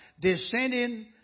descending